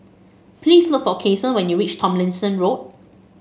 please look for Kasen when you reach Tomlinson Road